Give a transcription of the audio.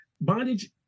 Bondage